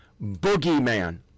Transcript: Boogeyman